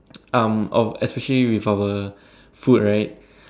um our especially with our food right